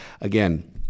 again